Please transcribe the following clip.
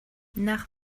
nach